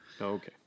okay